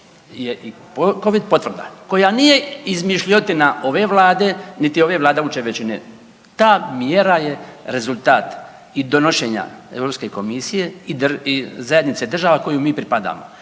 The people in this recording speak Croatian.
covid potvrda koja nije izmišljotina ove vlade, niti ove vladajuće većine. Ta mjera je rezultat i donošenja Europske komisije i zajednice država kojoj mi pripadamo,